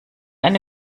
eine